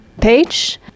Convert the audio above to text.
page